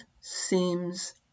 seems